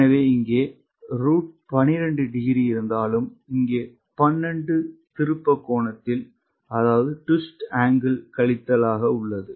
எனவே இங்கே root 12 degree இருந்தாலும் இங்கே 12 திருப்ப கோணத்தில் கழித்தல் ஆக உள்ளது